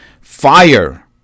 fire